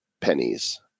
pennies